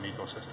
ecosystem